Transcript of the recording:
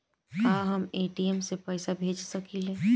का हम ए.टी.एम से पइसा भेज सकी ले?